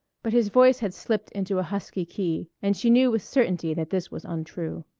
but his voice had slipped into a husky key and she knew with certainty that this was untrue.